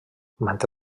manté